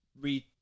read